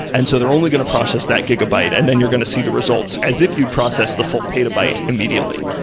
and so they're only get a process that gigabyte and then you're going to see the results as if you'd process the full petabyte immediately.